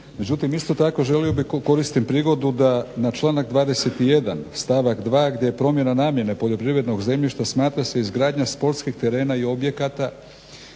Međutim, isto tako želio bi, koristim prigodu da na članak 21. stavak 2. gdje je promjena namjene poljoprivrednog zemljišta, smatra se izgradnja sportskih terena i objekata,